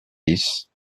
dix